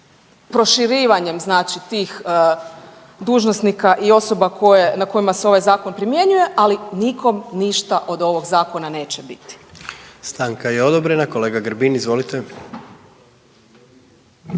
proširivanjem znači tih dužnosnika i osoba koje, na kojima se ovaj zakon primjenjuje, ali nikom ništa od ovog zakona neće biti. **Jandroković, Gordan (HDZ)** Stanka je odobrena. Kolega Grbin, izvolite.